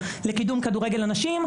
כל קבוצות הנערים והן יהיו אחרונות ברשימה